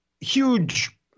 huge